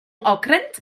okręt